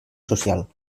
social